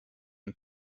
and